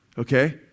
Okay